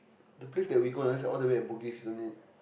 the place that we go another is all the way at Bugis isn't it